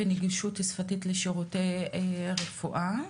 ונגישות שפתית לשירותי רפואה.